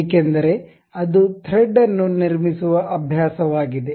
ಏಕೆಂದರೆ ಅದು ಥ್ರೆಡ್ ಅನ್ನು ನಿರ್ಮಿಸುವ ಅಭ್ಯಾಸವಾಗಿದೆ